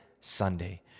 Sunday